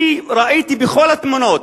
אני ראיתי בכל התמונות,